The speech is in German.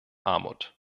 armut